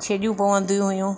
छेॼूं पवंदियूं हुयूं